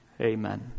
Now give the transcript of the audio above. amen